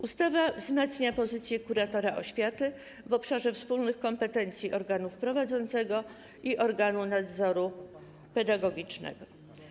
Ustawa wzmacnia pozycję kuratora oświaty w obszarze wspólnych kompetencji organu prowadzącego i organu nadzoru pedagogicznego.